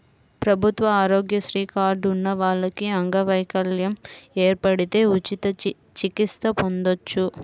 ప్రభుత్వ ఆరోగ్యశ్రీ కార్డు ఉన్న వాళ్లకి అంగవైకల్యం ఏర్పడితే ఉచిత చికిత్స పొందొచ్చు